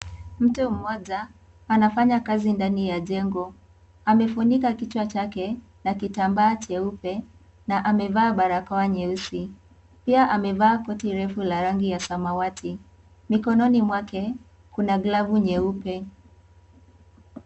Mtu mmoja anafanya kazi ndani ya jengo amefunika kichwa chake na kitambaa jeupe na amevaa barakoa nyeusi ,pia amevaa koti rafu la rangi ya samawati . Mikononi mwake kuna glavu nyeupe.